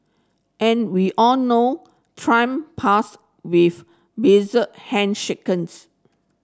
and we all know Trump past with bizarre handshakes